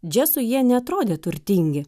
džesui jie neatrodė turtingi